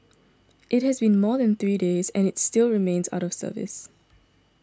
it has been more than three days and is still remains out of service